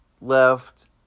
left